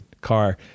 car